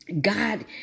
God